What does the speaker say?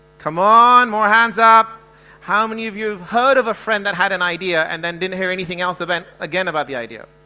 come on more hands up how many of you have heard of a friend that had an idea and then didn't hear anything else event again about the idea?